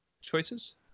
choices